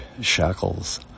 shackles